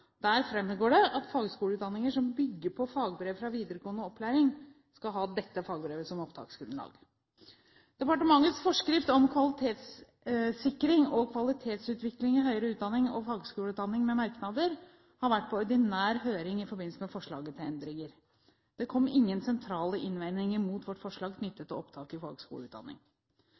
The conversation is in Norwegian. Der fremgår det at fagskoleutdanninger som bygger på fagbrev fra videregående opplæring, skal ha dette fagbrevet som opptaksgrunnlag. Departementets forskrift om kvalitetssikring og kvalitetsutvikling i høyere utdanning og fagskoleutdanning med merknader har vært på ordinær høring i forbindelse med forslaget til endringer. Det kom ingen sentrale innvendinger mot vårt forslag knyttet til opptak i fagskoleutdanning.